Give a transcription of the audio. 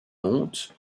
monte